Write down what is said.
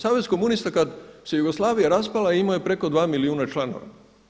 Savez komunista kada se Jugoslavija raspala imao je preko 2 milijuna članova.